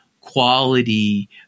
quality